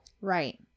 Right